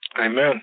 Amen